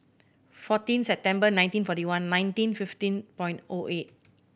fourteen September nineteen forty one nineteen fifteen point O eight